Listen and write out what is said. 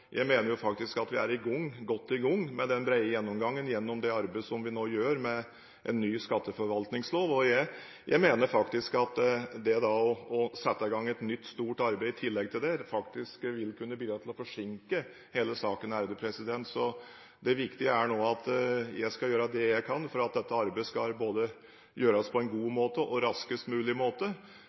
jeg mener faktisk at vi er godt i gang med den brede gjennomgangen gjennom det arbeidet som vi nå gjør med en ny skatteforvaltningslov. Jeg mener at det da å sette i gang et nytt, stort arbeid i tillegg til det, faktisk vil kunne bidra til å forsinke hele saken. Det viktige nå er at jeg gjør det jeg kan for at dette arbeidet skal gjøres både på en god måte og raskest mulig måte.